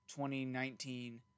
2019